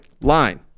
line